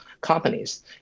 companies